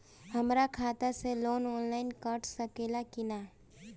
हमरा खाता से लोन ऑनलाइन कट सकले कि न?